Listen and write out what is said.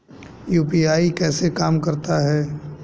UPI कैसे काम करता है?